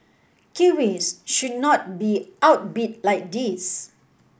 kiwis should not be outbid like this